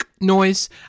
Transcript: noise